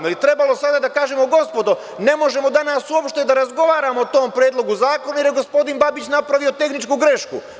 Da li je trebalo sada da kažemo – gospodo, ne možemo danas uopšte da razgovaramo o tom predlogu zakona jer je gospodin Babić napravio tehničku grešku.